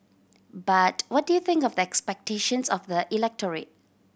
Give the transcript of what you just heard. but what do you think of the expectations of the electorate